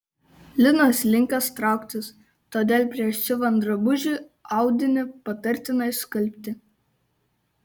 linas linkęs trauktis todėl prieš siuvant drabužį audinį patartina išskalbti